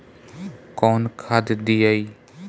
कौन खाद दियई?